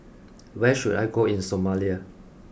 where should I go in Somalia